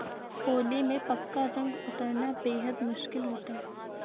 होली में पक्का रंग उतरना बेहद मुश्किल होता है